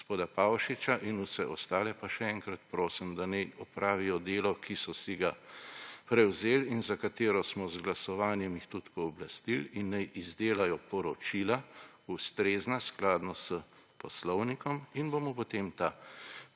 Gospoda Pavšiča in vse ostale pa še enkrat prosim, da naj opravijo delo, ki so ga prevzeli in za katero smo jih z glasovanjem tudi pooblastili, in naj izdelajo ustrezna poročila, skladno s Poslovnikom, in bomo potem ta